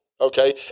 okay